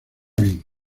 bien